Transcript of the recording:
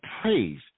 praise